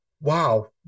wow